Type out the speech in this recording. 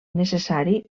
necessari